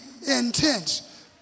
intense